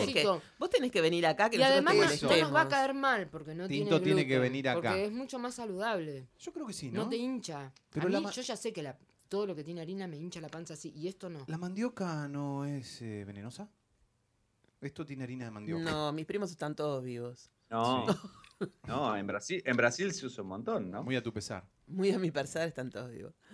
Tenés que- Chico. vos tenés que venir acá, que Y nosotros te además no- no nos va a molestemos. caer mal, porque no tiene Tinto tiene que gluten, venir acá. porque es mucho más saludable. Yo creo que sí, ¿no? No te hincha. Pero A mí, la ma- yo ya sé que la- todo lo que tiene harina me hincha la panza así, y esto no. ¿La mandioca no es, eh, venenosa? Esto tiene harina de mandioca. No, mis primos están todos vivos. No. Sí. No, en Brasil- en Brasil se usa un montón, ¿no? Muy a tu pesar. Muy a mi pesar están todos vivos.